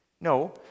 No